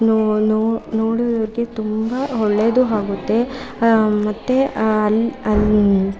no ನೋ ನೋಡುವವರಿಗೆ ತುಂಬ ಒಳ್ಳೆಯದು ಆಗುತ್ತೆ ಮತ್ತು ಅಲ್ಲಿ ಅಲ್ಲಿ